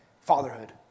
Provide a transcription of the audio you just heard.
fatherhood